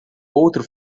outro